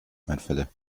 einfälle